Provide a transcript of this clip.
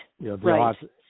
right